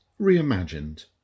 Reimagined